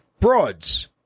broads